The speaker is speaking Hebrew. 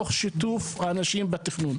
תוך שיתוף האנשים בתכנון.